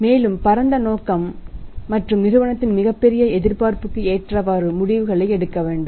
மேலும் பரந்த நோக்கம் மற்றும் நிறுவனத்தின் மிகப்பெரிய எதிர்பார்ப்புக்கு ஏற்றவாறு முடிவுகளை எடுக்கவும்